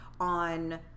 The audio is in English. on